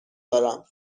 دارم